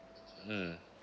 mmhmm